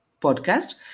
podcast